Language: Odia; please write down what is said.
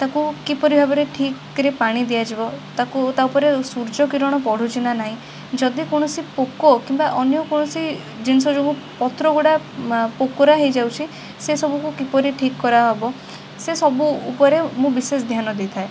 ତାକୁ କିପରି ଭାବରେ ଠିକ୍ ରେ ପାଣି ଦିଆଯିବ ତାକୁ ତାଉପରେ ସୂର୍ଯ୍ୟକିରଣ ପଡ଼ୁଛି ନା ନାହିଁ ଯଦି କୌଣସି ପୋକ କିମ୍ବା ଅନ୍ୟ କୌଣସି ଜିନିଷ ଯୋଗୁଁ ପତ୍ରଗୁଡ଼ା ପୋକରା ହେଇଯାଉଛି ସେସବୁକୁ କିପରି ଠିକ୍ କରାହବ ସେସବୁ ଉପରେ ମୁଁ ବିଶେଷଧ୍ୟାନ ଦେଇଥାଏ